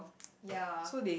ya